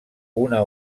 una